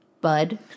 Bud